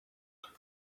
wrong